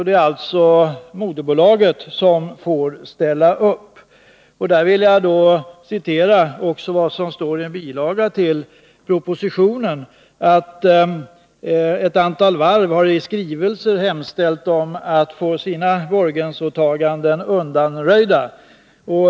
Det är alltså moderbolaget som får ställa upp. Jag vill återge vad som står i en bilaga till propositionen, att ett antal varv har i skrivelser hemställt om att få sina borgensåtaganden undanröjda.